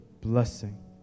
blessing